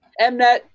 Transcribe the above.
Mnet